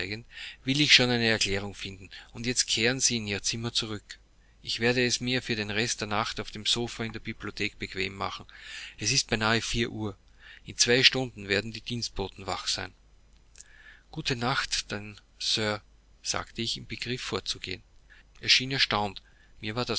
will ich schon eine erklärung finden und jetzt kehren sie in ihr zimmer zurück ich werde es mir für den rest der nacht auf dem sofa in der bibliothek bequem machen es ist beinahe vier uhr in zwei stunden werden die dienstboten wach sein gute nacht denn sir sagte ich im begriff fortzugehen er schien erstaunt mir